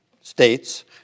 states